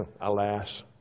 alas